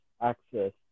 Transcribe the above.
access